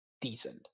decent